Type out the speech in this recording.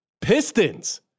Pistons